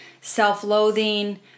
self-loathing